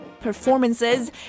performances